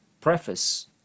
preface